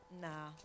Nah